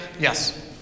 Yes